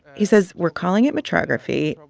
he says, we're calling it metrography,